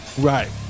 Right